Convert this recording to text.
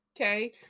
okay